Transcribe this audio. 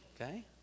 Okay